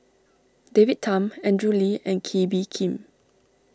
David Tham Andrew Lee and Kee Bee Khim